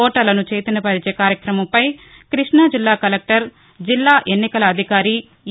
ఓటర్లను చైతన్యపరిచే కార్యక్రమంపై కృష్ణాజిల్లా కలెక్టర్ జిల్లా ఎన్నికల అధికారి ఎ